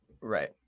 Right